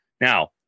Now